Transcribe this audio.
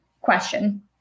question